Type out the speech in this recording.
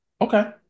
Okay